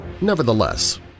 Nevertheless